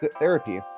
therapy